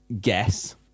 guess